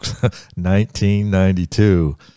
1992